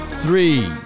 Three